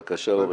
בבקשה, אורי.